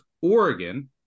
Oregon